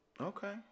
Okay